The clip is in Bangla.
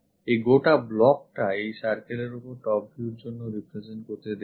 এই গোটা block টা এই circle এর ওপর top view র জন্য represent করতে দেখব